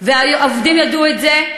והעובדים ידעו את זה.